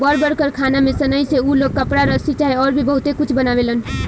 बड़ बड़ कारखाना में सनइ से उ लोग कपड़ा, रसरी चाहे अउर भी बहुते कुछ बनावेलन